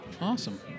Awesome